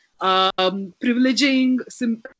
privileging